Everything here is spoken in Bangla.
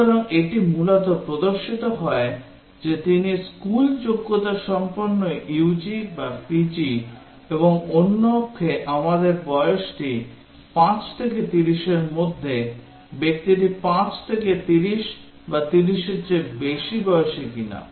সুতরাং এটি মূলত প্রদর্শিত হয় যে তিনি স্কুল যোগ্যতাসম্পন্ন UG বা PG এবং অন্য অক্ষে আমাদের বয়সটি 5 থেকে 30 এর মধ্যে ব্যক্তিটি 5 থেকে 30 বা 30 এর চেয়ে বেশি বয়সী কিনা